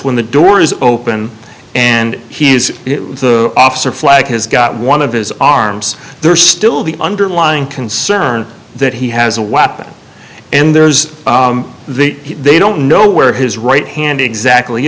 when the door is open and he is the officer flag has got one of his arms there's still the underlying concern that he has a weapon and there's the they don't know where his right hand exactly